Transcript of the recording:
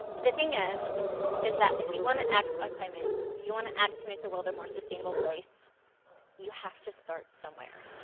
but the thing is is that if you want to act on climate, if you want to act to make the world a more sustainable place you have to start somewhere,